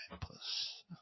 plus